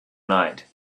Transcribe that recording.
night